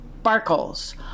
sparkles